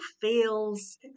feels